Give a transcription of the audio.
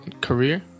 career